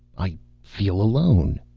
i feel alone.